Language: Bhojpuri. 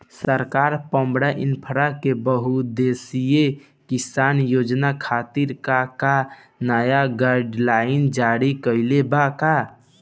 सरकार पॉवरइन्फ्रा के बहुउद्देश्यीय किसान योजना खातिर का का नया गाइडलाइन जारी कइले बा?